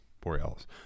Borealis